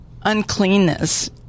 uncleanness